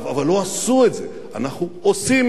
אבל לא עשו את זה, אנחנו עושים את זה.